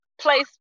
place